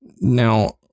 Now